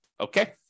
Okay